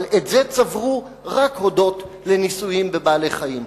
אבל את זה צברו רק הודות לניסויים בבעלי-חיים.